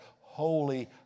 holy